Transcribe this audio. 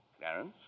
Clarence